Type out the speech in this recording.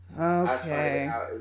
okay